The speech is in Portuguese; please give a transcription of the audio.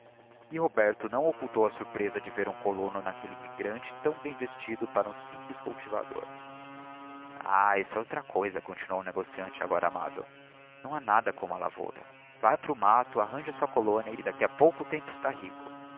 k roberto não occultou a surpresa de ver um colono n'aquelle immigrante tão bem vestido para um simples cultivador ah isto é outra coisa continuou o negociante agora amável não ha nada como a lavoura vá para o matto arranje a sua colónia e d'aqui a pouco tempo está rico